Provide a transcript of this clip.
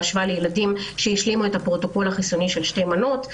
בהשוואה לילדים שהשלימו את הפרוטוקול החיסוני של שתי מנות.